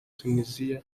tuniziya